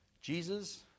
Jesus